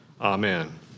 Amen